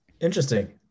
Interesting